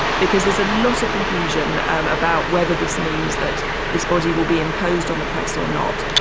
because there's a lot of confusion about whether this means that this body will be imposed on the press or not.